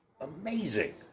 amazing